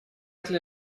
для